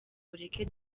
mureke